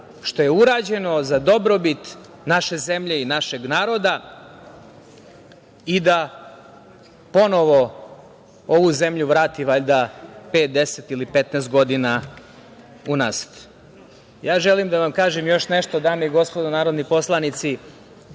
što je urađeno za dobrobit naše zemlje i našeg naroda i da ponovo ovu zemlju vrati valjda pet, deset ili petnaest godina unazad. Želim da vam kažem još nešto, dame i gospodo narodni poslanici,